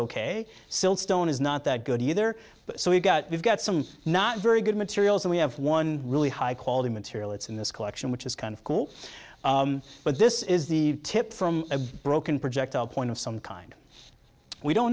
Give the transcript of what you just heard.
is not that good either so we've got we've got some not very good materials and we have one really high quality material it's in this collection which is kind of cool but this is the tip from a broken projectile point of some kind we don't